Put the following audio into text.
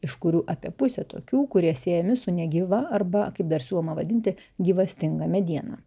iš kurių apie pusę tokių kurie siejami su negyva arba kaip dar siūloma vadinti gyvastinga mediena